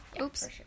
Oops